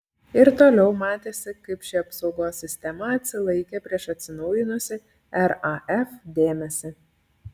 ir toliau matėsi kaip ši apsaugos sistema atsilaikė prieš atsinaujinusį raf dėmesį